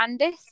Andis